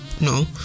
no